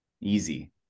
Easy